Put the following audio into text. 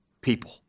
people